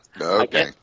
Okay